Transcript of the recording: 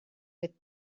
with